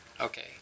Okay